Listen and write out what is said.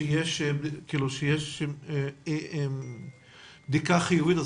יש תוצאה חיובית,